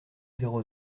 zéro